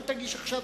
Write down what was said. אל תגיש עכשיו,